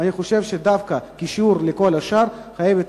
ואני חושב שדווקא כשיעור לכל השאר חייבת